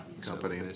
company